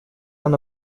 она